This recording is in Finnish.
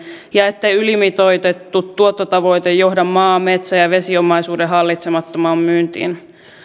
ja ettei ylimitoitettu tuottotavoite johda maa metsä ja vesiomaisuuden hallitsemattomaan myyntiin